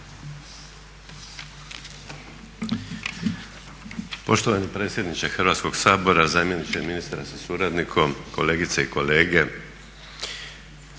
Poštovani predsjedniče Hrvatskog sabora, zamjeniče ministra sa suradnikom, kolegice i kolege.